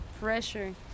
pressure